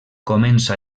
comença